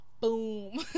boom